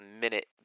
minute